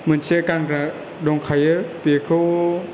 मोनसे गानग्रा दंखायो बेखौ